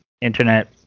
internet